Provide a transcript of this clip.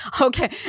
okay